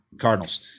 Cardinals